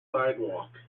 sidewalk